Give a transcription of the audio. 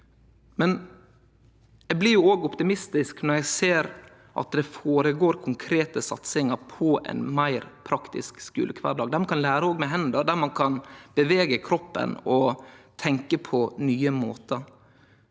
men eg blir òg optimistisk når eg ser at det føregår konkrete satsingar på ein meir praktisk skulekvardag, der ein kan lære med hendene, bevege kroppen og tenkje på nye måtar.